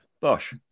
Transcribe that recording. Bosch